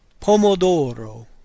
Pomodoro